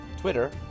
Twitter